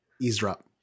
eavesdrop